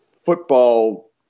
football